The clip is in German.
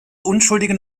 unschuldige